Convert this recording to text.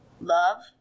love